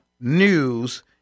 news